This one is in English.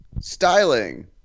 Styling